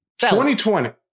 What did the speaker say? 2020